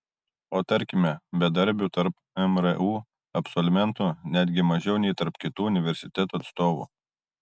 o tarkime bedarbių tarp mru absolventų netgi mažiau nei tarp kitų universitetų atstovų